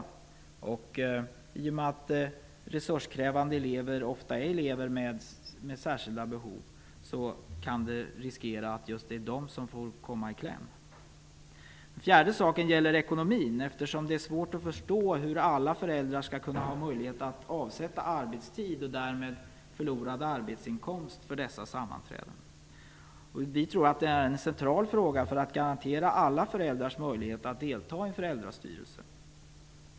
I och med att resurskrävande elever ofta är elever med särskilda behov finns det risk att det blir just de som kommer i kläm. För det fjärde gäller det ekonomin, eftersom det är svårt att förstå hur alla föräldrar skall kunna avsätta arbetstid och därmed förlora arbetsinkomst på grund av dessa sammanträden. Vi tror att detta är centralt för att garantera alla föräldrars möjlighet att delta i föräldrastyrelsen.